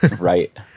Right